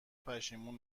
پشیمون